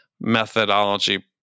methodology